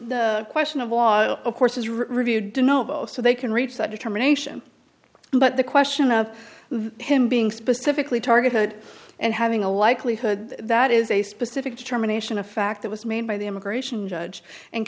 the question of all of course is reviewed to know so they can reach that determination but the question of him being specifically targeted and having a likelihood that is a specific determination of fact that was made by the immigration judge and